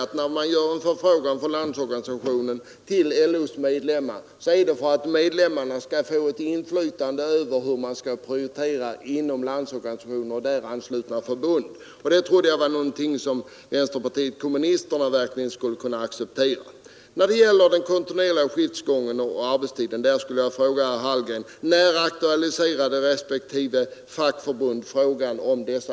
Till herr Hagberg vill jag säga att när LO skickar ut en förfrågan till sina medlemmar, så är det för att medlemmarna skall få ett inflytande över den prioritering som måste göras av Landsorganisationen och dit anslutna förbund. Det trodde jag var någonting som vänsterpartiet kommunisterna verkligen skulle kunna acceptera.